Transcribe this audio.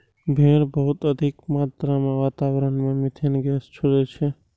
भेड़ बहुत अधिक मात्रा मे वातावरण मे मिथेन गैस छोड़ै छै